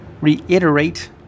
reiterate